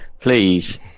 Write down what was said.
please